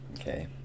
Okay